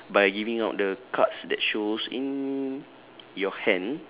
by giving out the cards that shows in your hand